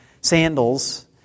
sandals